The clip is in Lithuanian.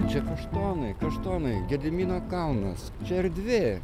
čia kaštonai kaštonai gedimino kalnas čia erdvė